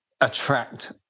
attract